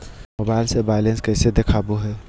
Mobile से balance कैसे देखाबो है?